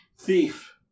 thief